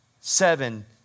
seven